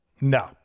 No